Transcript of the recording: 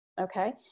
Okay